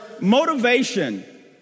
motivation